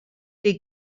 des